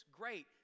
great